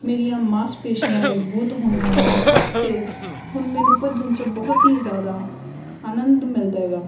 ਮੇਰੀਆਂ ਮਾਸਪੇਸ਼ੀਆਂ ਮਜ਼ਬੂਤ ਹੋਈਆਂ ਨੇ ਅਤੇ ਹੁਣ ਮੈਨੂੰ ਭੱਜਣ 'ਚ ਬਹੁਤ ਹੀ ਜ਼ਿਆਦਾ ਆਨੰਦ ਮਿਲਦਾ ਹੈਗਾ